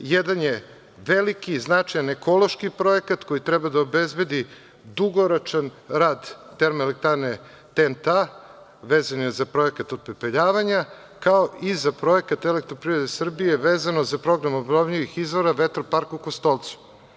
Jedan je veliki i značajan ekološki projekat koji treba da obezbedi dugoročan rad Termoelektrane TENT A, vezan je za projekat opepeljavanja, kao i za projekat Elektroprivrede Srbije vezano za program obnovljivih izvora Vetropark u Kostolcu.